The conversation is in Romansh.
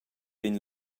vegn